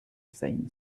same